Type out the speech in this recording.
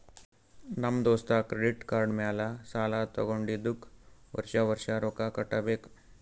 ನಮ್ ದೋಸ್ತ credit card ಮ್ಯಾಲ ಸಾಲಾ ತಗೊಂಡಿದುಕ್ ವರ್ಷ ವರ್ಷ ರೊಕ್ಕಾ ಕಟ್ಟಬೇಕ್